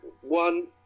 one